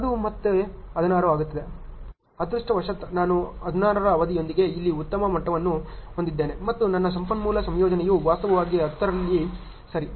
ಅದೃಷ್ಟವಶಾತ್ ನಾನು 16 ರ ಅವಧಿಯೊಂದಿಗೆ ಇಲ್ಲಿ ಉತ್ತಮ ಮಟ್ಟವನ್ನು ಹೊಂದಿದ್ದೇನೆ ಮತ್ತು ನನ್ನ ಸಂಪನ್ಮೂಲ ಸಂಯೋಜನೆಯು ವಾಸ್ತವವಾಗಿ 10 ಇಲ್ಲಿ ಸರಿ